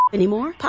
anymore